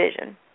vision